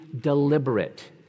deliberate